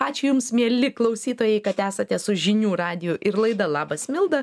ačiū jums mieli klausytojai kad esate su žinių radiju ir laida labas milda